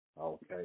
Okay